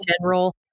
general